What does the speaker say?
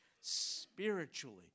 spiritually